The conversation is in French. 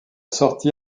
sorti